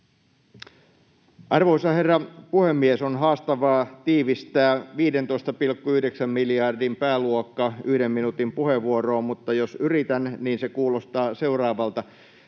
Arvoisa herra puhemies! On haastavaa tiivistää 15,9 miljardin pääluokka yhden minuutin puheenvuoroon, mutta jos yritän, niin se kuulostaa seuraavalta: